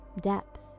depth